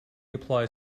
applies